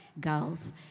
girls